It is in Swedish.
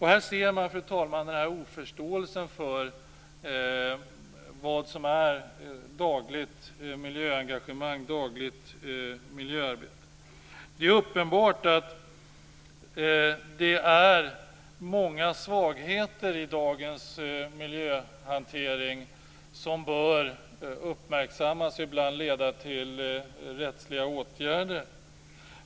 Här ser man, fru talman, en oförståelse för vad som är dagligt miljöengagemang och dagligt miljöarbete. Det är uppenbart att det finns många svagheter i dagens miljöhantering som bör uppmärksammas och som ibland bör leda till rättsliga åtgärder.